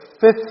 fifth